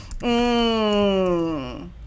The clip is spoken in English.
Mmm